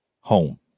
home